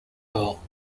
wheel